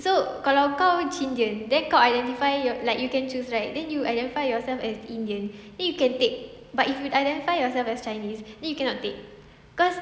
so kalau kau chindian then kau identify your like you can choose right then you identify yourself as indian then you can take but if you identify yourself as chinese then you cannot take cause